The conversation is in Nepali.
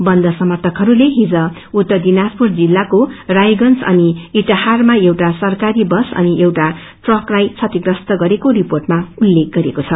बन्द समर्थकहरूले हिज उत्तर दिनाजपुर जिल्लाको रायगंज अनि इटाहारामा एउटा सरकारी बस असिन एउटा ट्रकलाई क्षतिगप्रस्त गरेको रिपोेटमा उल्लेख गरिएको छ